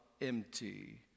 empty